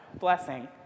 blessing